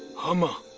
hama!